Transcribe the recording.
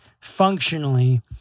functionally